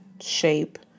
shape